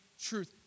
truth